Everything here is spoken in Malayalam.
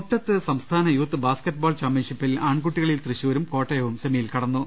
മുട്ടത്ത് സംസ്ഥാന യൂത്ത് ബാസ്ക്കറ്റ് ബോൾ ചാമ്പ്യൻഷിപ്പിൽ ആൺകുട്ടികളിൽ തൃശൂരും കോട്ടയവും സെമിയിൽ കടന്നു